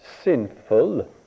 sinful